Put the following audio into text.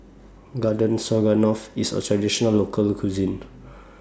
Garden Stroganoff IS A Traditional Local Cuisine